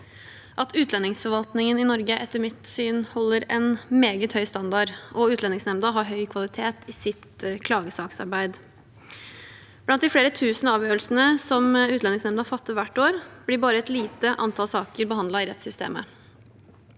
at utlendingsforvaltningen i Norge etter mitt syn holder en meget høy standard, og at Utlendingsnemnda har høy kvalitet i sitt klagesaksarbeid. Blant de flere tusen avgjørelsene som Utlendingsnemnda fatter hvert år, blir bare et lite antall saker behandlet i rettssystemet.